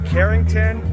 Carrington